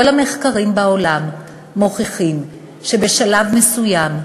כל המחקרים בעולם מוכיחים שבשלב מסוים,